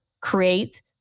create